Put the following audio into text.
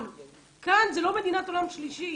כאן זה לא מדינת עולם שלישי.